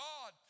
God